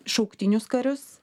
šauktinius karius